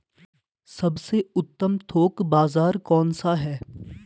सबसे उत्तम थोक बाज़ार कौन सा है?